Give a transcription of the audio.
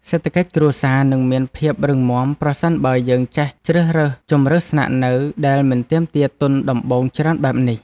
សេដ្ឋកិច្ចគ្រួសារនឹងមានភាពរឹងមាំប្រសិនបើយើងចេះជ្រើសរើសជម្រើសស្នាក់នៅដែលមិនទាមទារទុនដំបូងច្រើនបែបនេះ។